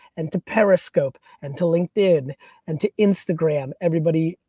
and to periscope, and to linkedin, and to instagram. everybody,